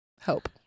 hope